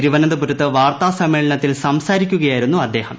തിരുവനന്തപുരത്ത് വാർത്താ സമ്മേളനത്തിൽ സംസാരിക്കുകയായിരുന്നു അദ്ദേഹം